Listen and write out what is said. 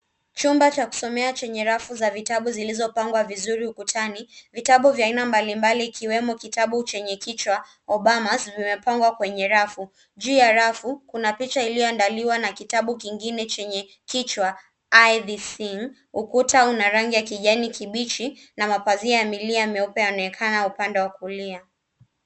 Chumba cha kusomea chenye rafu zilizopangwa vizuri ukutni, Vitabu vya aina mbalimbali ikiwemo kitabu chenye kichwa "Obamas" vimepangwa kwenye rafu. Juu ya rafu kuna pica iliyoandaliwa na kitabu kingine chenye kichwa I Thee Sing . Ukuta una rangi ya kijani kibichi na mapazia meupe yanaonekana upande wa kulia.